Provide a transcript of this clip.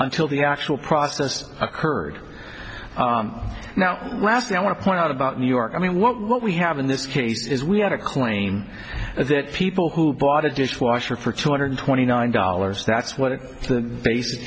until the actual process occurred now lastly i want to point out about new york i mean what we have in this case is we had a claim that people who bought a dishwasher for two hundred twenty nine dollars that's what the bas